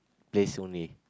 place only